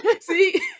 See